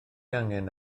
angen